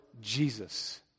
Jesus